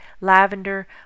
lavender